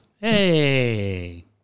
Hey